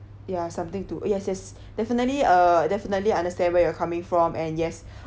ya something to yes yes definitely uh definitely understand where you're coming from and yes